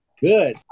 Good